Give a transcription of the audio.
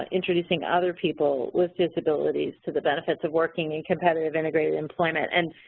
and introducing other people with disabilities to the benefits of working in competitive integrated employment. and,